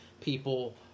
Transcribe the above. People